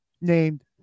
named